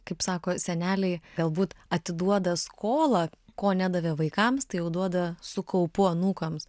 kaip sako seneliai galbūt atiduoda skolą ko nedavė vaikams tai jau duoda su kaupu anūkams